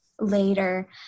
later